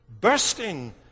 bursting